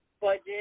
budget